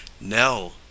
Nell